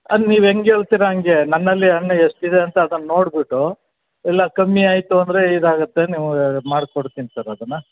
ಅದು ನೀವು ಹೆಂಗ್ ಹೇಳ್ತೀರ ಹಂಗೆ ನನ್ನಲ್ಲಿ ಹಣ್ಣು ಎಷ್ಟಿದೆ ಅಂತ ಅದನ್ನು ನೋಡಿಬಿಟ್ಟು ಇಲ್ಲ ಕಮ್ಮಿಯಾಯಿತು ಅಂದರೆ ಇದಾಗುತ್ತೆ ನಿಮ್ಗೆ ಮಾಡ್ಕೊಡ್ತೀನಿ ಸರ್ ಅದನ್ನ